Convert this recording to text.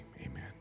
amen